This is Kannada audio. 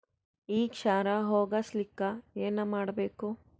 ಈ ಕ್ಷಾರ ಹೋಗಸಲಿಕ್ಕ ಏನ ಮಾಡಬೇಕು?